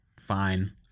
fine